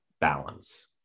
balance